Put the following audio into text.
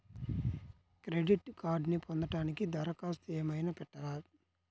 Credit కార్డ్ను పొందటానికి దరఖాస్తు ఏమయినా పెట్టాలా?